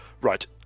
right